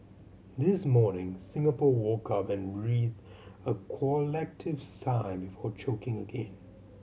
this morning Singapore woke up and breathed a collective sigh before choking again